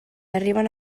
arriben